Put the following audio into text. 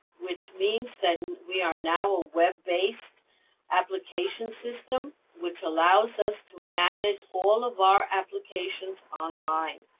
which means that and we are now a web based application system, which allows us to manage all of our applications online.